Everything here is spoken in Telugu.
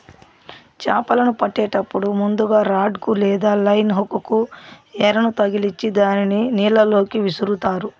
చాపలను పట్టేటప్పుడు ముందుగ రాడ్ కు లేదా లైన్ హుక్ కు ఎరను తగిలిచ్చి దానిని నీళ్ళ లోకి విసురుతారు